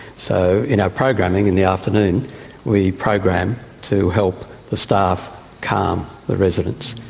so in our programming in the afternoon we program to help the staff calm the residents.